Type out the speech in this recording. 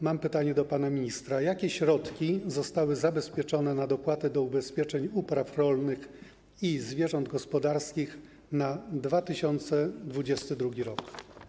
Mam pytanie do pana ministra: Jakie środki zostały zabezpieczone na dopłaty do ubezpieczeń upraw rolnych i zwierząt gospodarskich na 2022 r.